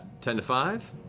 ten to five?